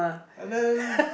and then